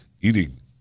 eating